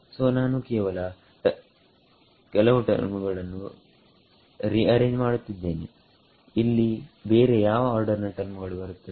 ಸೋನಾನು ಕೆಲವು ಟರ್ಮುಗಳನ್ನು ರಿಅರೇಂಜ್ ಮಾಡುತ್ತಿದ್ದೇನೆ ಇಲ್ಲಿ ಬೇರೆ ಯಾವ ಆರ್ಡರ್ ನ ಟರ್ಮುಗಳು ಬರುತ್ತವೆ